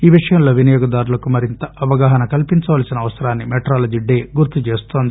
ఈ విషయంలో వినియోగదారులకు మరింత అవగాహన కల్పించవలసిన అవసరాన్ని మెట్రాలజీ డే గుర్తుచేస్తోంది